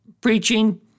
preaching